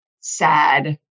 sad